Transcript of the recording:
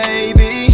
Baby